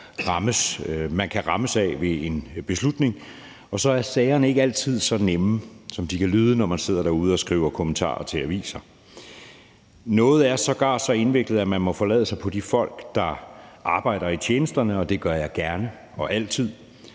man kan rammes af ved en beslutning, og så er sagerne ikke altid så nemme, som de kan lyde, når man sidder derude og skriver kommentarer til aviser. Noget er sågar så indviklet, at man må forlade sig på de folk, der arbejder i tjenesterne, og det gør jeg gerne og altid.